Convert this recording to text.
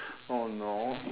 oh no